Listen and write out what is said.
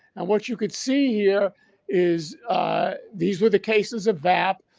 and what you could see here is these were the cases of vapp,